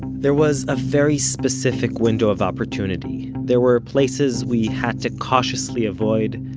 there was a very specific window of opportunity, there were places we had to cautiously avoid,